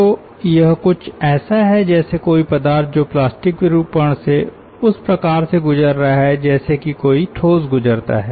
तो यह कुछ ऐसा है जैसे कोई पदार्थ जो प्लास्टिक विरूपण से उस प्रकार से गुजर रहा है जैसे की कोई ठोस गुजरता है